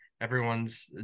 everyone's